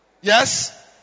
yes